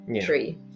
tree